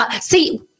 See